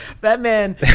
Batman